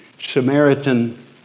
Samaritan